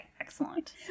excellent